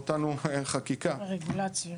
רגולציה.